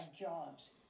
jobs